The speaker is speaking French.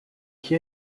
qui